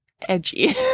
edgy